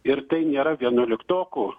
ir tai nėra vienuoliktokų